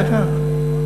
בטח.